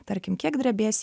tarkim kiek drebės